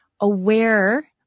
aware